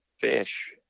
fish